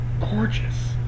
gorgeous